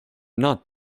not